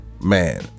Man